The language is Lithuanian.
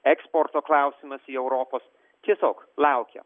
eksporto klausimas į europos tiesiog laukia